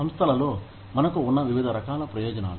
సంస్థలలో మనకు ఉన్న వివిధ రకాల ప్రయోజనాలు